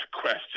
question